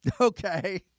Okay